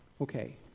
okay